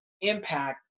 impact